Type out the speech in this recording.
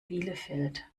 bielefeld